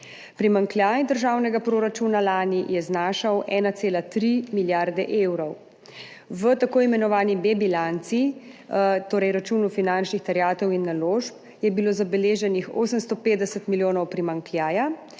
Primanjkljaj državnega proračuna lani je znašal 1,3 milijarde evrov. V tako imenovani B bilanci, torej računu finančnih terjatev in naložb, je bilo zabeleženih 850 milijonov primanjkljaja,